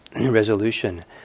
resolution